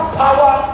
power